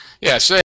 Yes